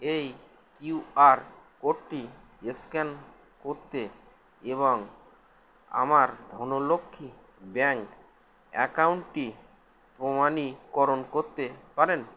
এই Q R কোডটি scan করতে এবং আমার ধনলক্ষ্মী ব্যাঙ্ক অ্যাকাউন্টটি প্রমানীকরণ করতে পারেন